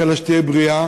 נאחל לה שתהיה בריאה,